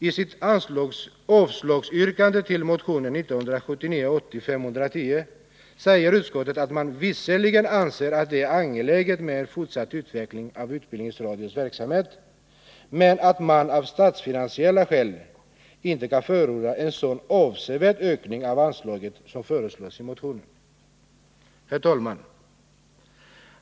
I sitt yrkande om avslag på motion 1979/80:510 säger utskottet att man visserligen anser att det är angeläget med en fortsatt utveckling av utbildningsradions verksamhet, men att man av statsfinansiella skäl inte kan förorda en sådan avsevärd ökning av anslaget som föreslås i motionen. Herr talman!